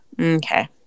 Okay